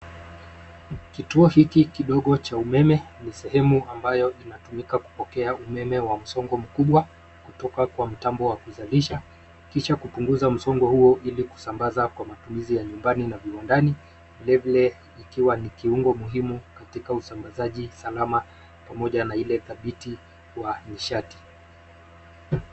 Kituo hiki kidogo cha umeme au sehemu inayotumika kupokea umeme wa msongo mkubwa kutoka kwa mtambo wa kuzalisha kisha kupunguza msongo huo kusambanza katila matumizi ya nyumbani viwandani katika usambazaji salama na kudhibiti nishati.